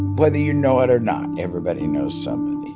whether you know it or not, everybody knows somebody